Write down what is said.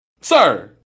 sir